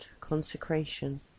consecration